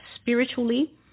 spiritually